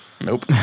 Nope